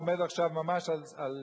עומד עכשיו ממש על,